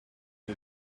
did